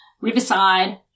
Riverside